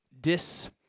dis-